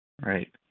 Right